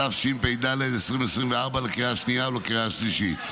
התשפ"ד 2024, לקריאה השנייה ולקריאה השלישית.